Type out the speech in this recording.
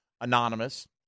Anonymous